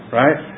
right